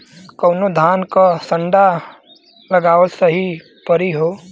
कवने धान क संन्डा लगावल सही परी हो?